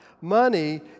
Money